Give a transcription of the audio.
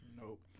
Nope